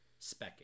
specking